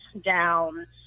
down